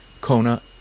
Kona